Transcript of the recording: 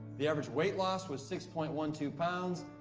the average weight loss was six point one two pounds.